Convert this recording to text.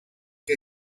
que